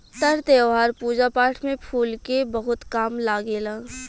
तर त्यौहार, पूजा पाठ में फूल के बहुत काम लागेला